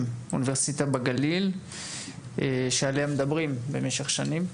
אוניברסיטה בגליל שעליה מדברים במשך שנים.